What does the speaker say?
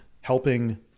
helping